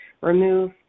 remove